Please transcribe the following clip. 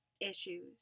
issues